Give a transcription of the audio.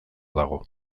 dago